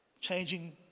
changing